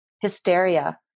hysteria